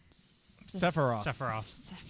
Sephiroth